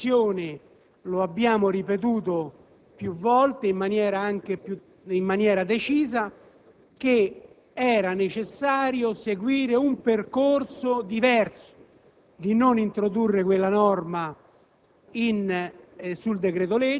In Commissione abbiamo ripetuto più volte, in maniera anche decisa, che era necessario seguire un percorso diverso, di non introdurre cioè quella norma